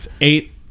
Eight